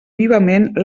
vivament